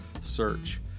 search